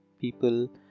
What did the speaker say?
people